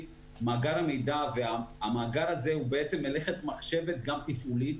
מאגר המידע זה מלאכת מחשבת גם תפעולית,